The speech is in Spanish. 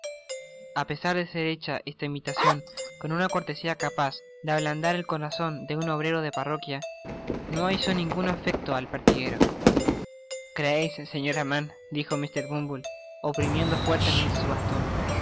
at apesar de ser hecha esta invitacion con una cortesia capaz de ablandar el corazon de un obrero de parroquia no hizo ningun efecto al pertiguero creeis señora manndijo mr bumble oprimiendo fuertemente su bastón